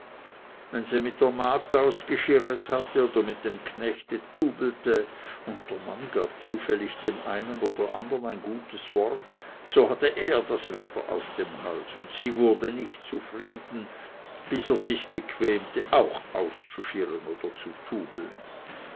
wenn sie mit der magd ausgeschirret hatte oder mit dem knecht tubelte und der mann gab zufällig dem einen oder dem andern ein gutes wort so hatte er das wetter auf dem hals und sie wurde nicht zufrieden bis er sich bequemte auch auszuschirren oder zu tubeln